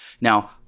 Now